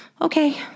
okay